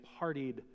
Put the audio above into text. partied